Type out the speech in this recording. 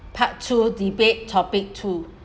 part two debate topic two